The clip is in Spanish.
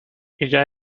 ella